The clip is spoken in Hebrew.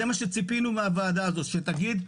זה מה שציפינו מהוועדה הזאת, שתגיד: